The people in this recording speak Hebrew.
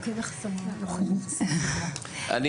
אני